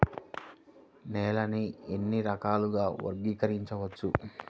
నేలని ఎన్ని రకాలుగా వర్గీకరించవచ్చు?